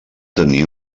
tenir